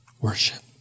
worship